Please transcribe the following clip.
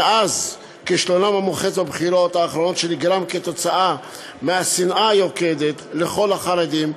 כישלונם המוחץ בבחירות האחרונות נגרם כתוצאה מהשנאה היוקדת לכל החרדים,